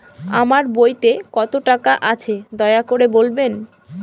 আমার বইতে কত টাকা আছে দয়া করে বলবেন?